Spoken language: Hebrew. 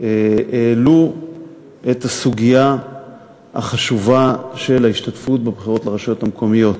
העלו את הסוגיה החשובה של ההשתתפות בבחירות לרשויות המקומיות.